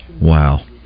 Wow